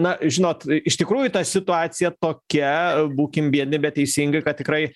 na žinot iš tikrųjų ta situacija tokia būkim biedni bet teisingai kad tikrai